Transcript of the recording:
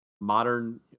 modern